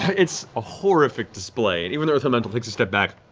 it's a horrific display. even the earth elemental takes a step back.